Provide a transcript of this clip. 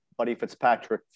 BuddyFitzpatrick